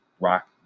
Rock